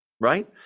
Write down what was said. right